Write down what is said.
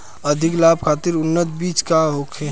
अधिक लाभ खातिर उन्नत बीज का होखे?